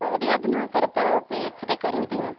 भवती अधुना तिरुपतौ पि एच् डि करोति वा